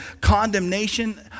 condemnation